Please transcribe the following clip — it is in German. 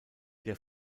der